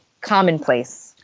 commonplace